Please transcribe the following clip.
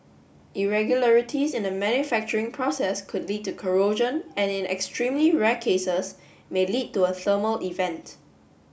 irregularities in the manufacturing process could lead to corrosion and in extremely rare cases may lead to a thermal event